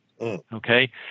Okay